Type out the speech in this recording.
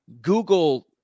Google